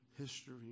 history